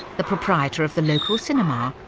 the proprietor of the local cinema,